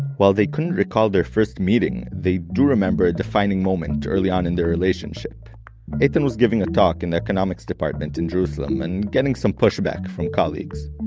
while they couldn't recall their first meeting, they do remember a defining moment early on in their relationship eytan was giving a talk in the economics department in jerusalem, and getting some pushback from colleagues.